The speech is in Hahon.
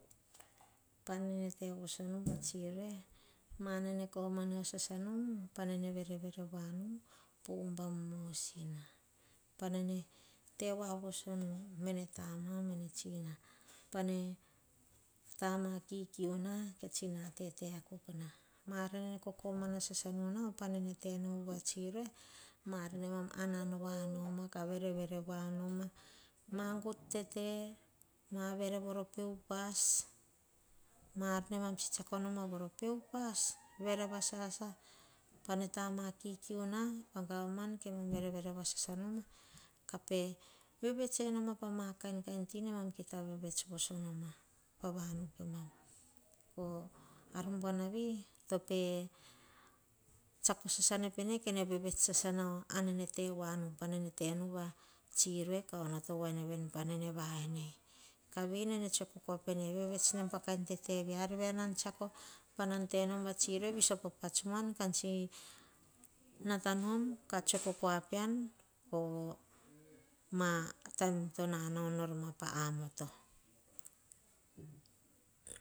Pa nene tevoso nu va tsiroe, ma or nene komana sasanu. Pa nene verevere voa nu po ubam vanu. Pa nene te voa voso nu, mene tsina mene tama. Pa ne roma kikiu na, ke tsina tete akuk na. Ma ar nene kokoma na sasa nu nao, panene tenu va tsiroe, mar namam anan voa noma, ka vereveere voa noma, ma gut tete, ma vere voro pe upas. Ma ar ne mom tsetsiako noma, voro pe upas. Vere va sasa, pa ne tama kikiu na pa gavaman, vevets enoma pa ma kainkain, nemam kita vevets voso noma, pa vanu pemam. Po, ar buana vi, to kene vevets. Pee tsiako sasane pene, kene vevets sas nao a nene tevoa nu, pa nene tevoa nu va tsiroe, ka onoto vai veni, pa nene va en ei. Tsoeko kua pene, vevets nom a kain tete via. Ar via nan tsiako, tenom va tsiroe, viso pa pats muan. Ka tsi nata nom, ka tsoe kua pean, poma taim to nanao nor ma amoto.